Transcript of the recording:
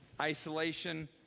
isolation